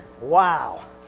Wow